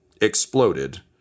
exploded